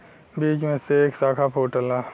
बीज में से एक साखा फूटला